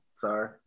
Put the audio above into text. Sorry